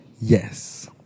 Yes